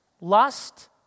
Lust